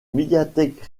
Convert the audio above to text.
médiathèque